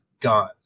gone